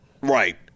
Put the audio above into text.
right